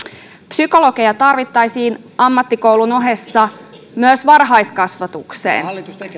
psykologeja tarvittaisiin ammattikoulun ohessa myös varhaiskasvatukseen